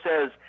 says